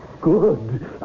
good